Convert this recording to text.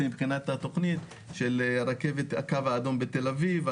מבחינת התכנית של רכבת הקו האדום בתל אביב,